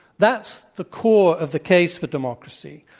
that's the core of the case for democracy.